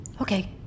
Okay